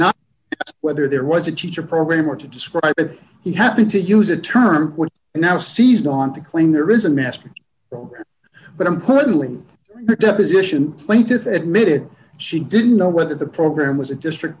not whether there was a teacher program or to describe it he happened to use a term which now seized on to claim there is a mask but i'm clearly deposition plaintiffs admitted she didn't know whether the program was a district